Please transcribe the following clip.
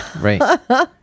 Right